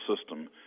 system